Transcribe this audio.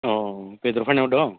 अ बेदर फाननायाव दं